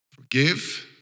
forgive